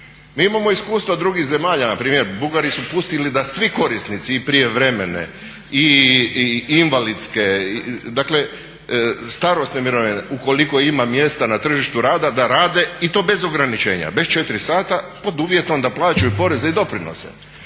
Mi imamo iskustva drugih zemalja, npr. Bugari su pustili da svi korisnici i prijevremene i invalidske, dakle starosne mirovine ukoliko ima mjesta na tržištu rada da rade i to bez ograničenja, bez 4 sata pod uvjetom da plaćaju poreze i doprinose.